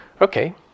Okay